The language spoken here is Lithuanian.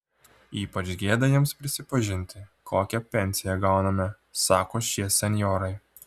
ypač gėda jiems prisipažinti kokią pensiją gauname sako šie senjorai